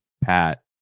Pat